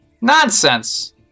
Nonsense